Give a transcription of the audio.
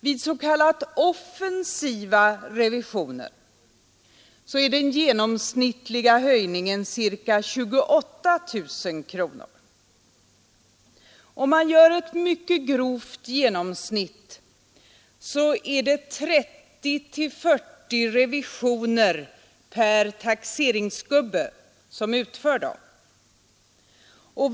Vid s.k. offensiva revisioner är den genomsnittliga höjningen ca 28 000 kronor. Om man tar ett mycket grovt genomsnitt utför varje taxeringsgubbe 30—40 revisioner.